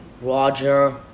Roger